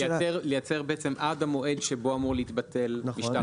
לייצר בעצם עד המועד שבו אמור להתבטל משטר התכנון.